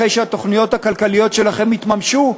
אחרי שהתוכניות הכלכליות שלכם יתממשו,